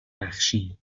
بخشیم